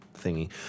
thingy